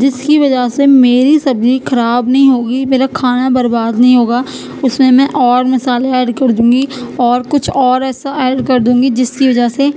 جس کی وجہ سے میری سبزی خراب نہیں ہوگی میرا کھانا برباد نہیں ہوگا اس میں میں اور مسالے ایڈ کر دوں گی اور کچھ اور ایسا ایڈ کر دوں گی جس کی وجہ سے